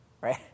right